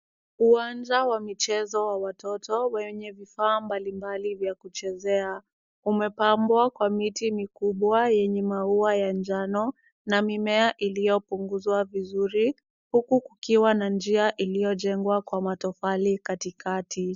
Uwanja wa michezo wa watoto wenye vifaa mbalimbali vya kuchezea. Umepambwa kwa miti mikubwa yenye maua ya njano na mimea iliyopunguzwa vizuri, huku kukiwa na njia iliyojengwa kwa matofali katikati.